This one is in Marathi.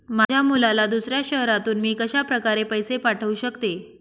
माझ्या मुलाला दुसऱ्या शहरातून मी कशाप्रकारे पैसे पाठवू शकते?